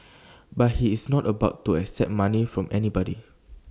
but he is not about to accept money from anybody